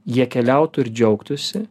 jie keliautų ir džiaugtųsi